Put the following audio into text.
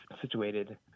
situated